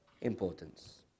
importance